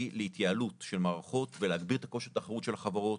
אותם להתייעלות של מערכות ולהגביר את כושר התחרות של החברות.